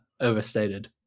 overstated